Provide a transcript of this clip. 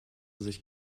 sich